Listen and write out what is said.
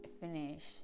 finish